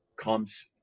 comes